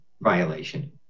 violation